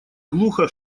глухо